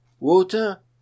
Water